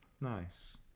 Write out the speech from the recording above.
nice